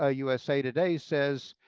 ah usa today says,